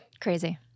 Crazy